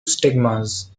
stigmas